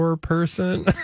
Person